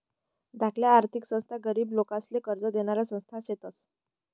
धाकल्या आर्थिक संस्था गरीब लोकेसले कर्ज देनाऱ्या संस्था शेतस